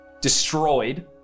destroyed